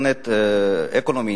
Internet Economy,